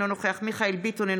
אינו נוכח מיכאל מרדכי ביטון,